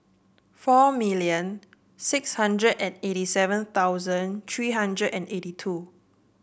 four million six hundred and eighty seven thousand three hundred and eighty two